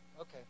Okay